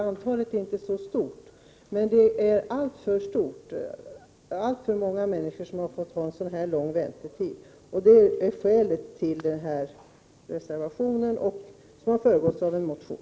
Antalet människor som har sådan lång väntetid är alltför stort, och det är skälet till denna reservation som i sin tur har föregåtts av en motion.